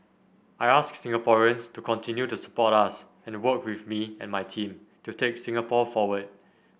I ask Singaporeans to continue to support us and work with me and my team to take Singapore forward